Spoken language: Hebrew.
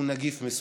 הוא נגיף מסוכן.